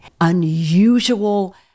unusual